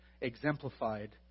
exemplified